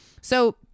So-